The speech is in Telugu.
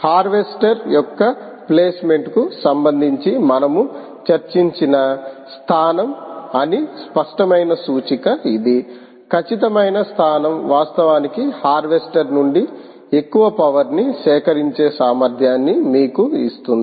హార్వెస్టర్ యొక్క ప్లేస్మెంట్కు సంబంధించి మనము చర్చించిన స్థానం అని స్పష్టమైన సూచిక ఇది ఖచ్చితమైన స్థానం వాస్తవానికి హార్వెస్టర్ నుండి ఎక్కువ పవర్ ని సేకరించే సామర్థ్యాన్ని మీకు ఇస్తుంది